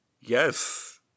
Yes